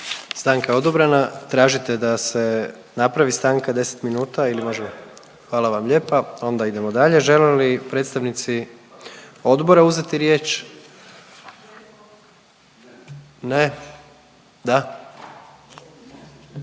Stanka je odobrena. Tražite da se napravi stanka 10 minuta ili možemo? …/Upadica se ne razumije./…. Hvala vam lijepa. Onda idemo dalje. Žele li predstavnici odbora uzeti riječ? Ne? Da?